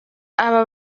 aba